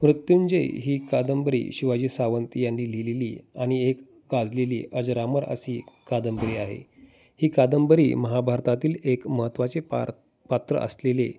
मृत्युंजय ही कादंबरी शिवाजी सावंत यांनी लिहिलेली आणि एक गाजलेली अजरामर असी कादंबरी आहे ही कादंबरी महाभारतातील एक महत्त्वाचे पार पात्र असलेले